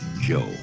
Joe